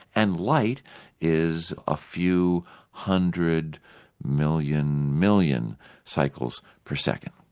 and light is a few hundred million million cycles per second.